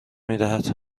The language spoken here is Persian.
میدهد